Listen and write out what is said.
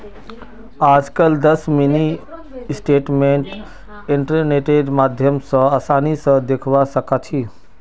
आजकल दस mini statement इन्टरनेटेर माध्यम स आसानी स दखवा सखा छी